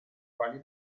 quali